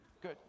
Good